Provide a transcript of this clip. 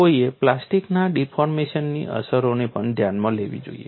કોઈએ પ્લાસ્ટિકના ડિફોર્મેશનની અસરોને પણ ધ્યાનમાં લેવી જોઈએ